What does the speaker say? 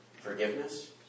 forgiveness